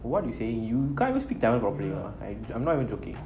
what you saying you can't even speak tamil properly lah I I'm not even joking